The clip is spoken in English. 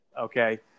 Okay